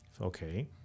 Okay